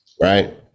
right